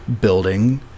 building